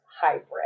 hybrid